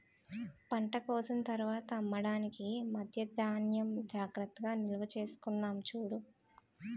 పంట కోసిన తర్వాత అమ్మడానికి మధ్యా ధాన్యం జాగ్రత్తగా నిల్వచేసుకున్నాం చూడు